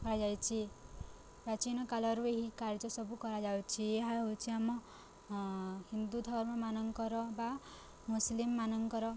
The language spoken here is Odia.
କରାଯାଇଛି ପ୍ରାଚୀନକାଳରୁ ଏହି କାର୍ଯ୍ୟ ସବୁ କରାଯାଉଛି ଏହା ହେଉଛି ଆମ ହିନ୍ଦୁ ଧର୍ମମାନଙ୍କର ବା ମୁସଲିମ ମାନଙ୍କର